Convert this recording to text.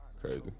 crazy